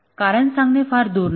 कारण सांगणे फार दूर नाही